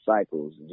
cycles